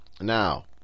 Now